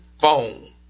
phone